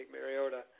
Mariota